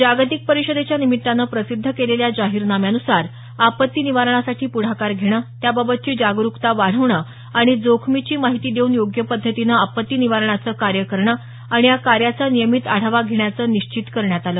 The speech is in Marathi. जागतिक परिषदेच्या निमित्तानं प्रसिद्ध केलेल्या जाहीरनाम्यान्सार आपत्ती निवारणासाठी पुढाकार घेणं त्याबाबतची जागरूकता वाढवणं आणि जोखमीची माहिती देऊन योग्य पद्धतीनं आपत्ती निवारणाचं कार्य करणं आणि या कार्याचा नियमित आढावा घेण्याचं निश्चित करण्यात आलं